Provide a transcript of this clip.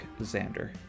Xander